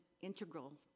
integral